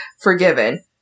forgiven